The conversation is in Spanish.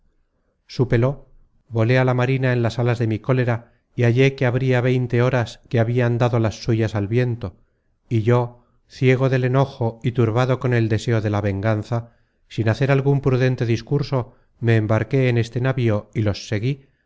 súpelo volé á la marina en las alas de mi cólera y hallé que habria veinte horas que habian dado las suyas al viento y yo ciego del enojo y turbado con el deseo de la venganza sin hacer algun prudente discurso me embarqué en este navío y los seguí